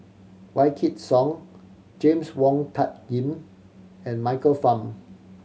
Wykidd Song James Wong Tuck Yim and Michael Fam